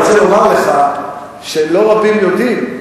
אני רוצה לומר לך שלא רבים יודעים,